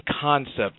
concept